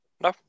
No